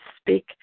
speak